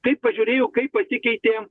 kaip pažiūrėjo kaip pasikeitė